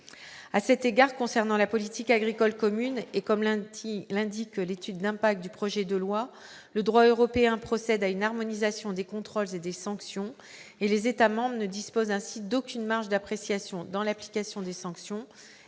À cet égard, concernant la politique agricole commune, et comme l'indique l'étude d'impact du projet de loi, le droit européen procède à une harmonisation des contrôles et des sanctions, les États membres ne disposent ainsi d'aucune marge d'appréciation dans l'application des sanctions.